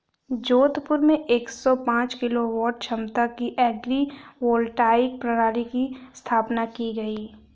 जोधपुर में एक सौ पांच किलोवाट क्षमता की एग्री वोल्टाइक प्रणाली की स्थापना की गयी